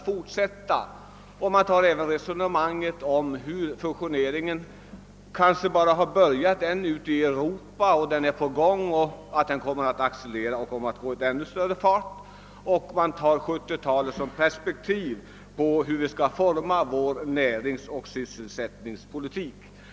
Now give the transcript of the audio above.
Fusionsprocessen ute i Europa har bara börjat, och den kommer att accelerera. Man vill med perspektiv på 1970-talet se på hur vi skall forma vår näringsoch sysselsättningspolitik.